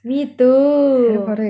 me too